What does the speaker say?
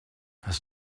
hast